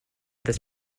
this